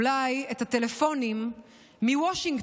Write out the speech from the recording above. אולי, את הטלפונים מוושינגטון,